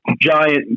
giant